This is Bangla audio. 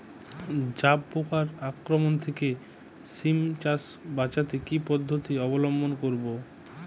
জাব পোকার আক্রমণ থেকে সিম চাষ বাচাতে কি পদ্ধতি অবলম্বন করব?